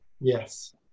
Yes